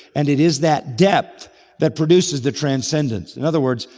and it is that depth that produces the transcendence. in other words,